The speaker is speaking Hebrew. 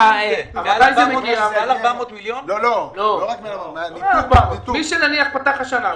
מי שנניח פתח השנה,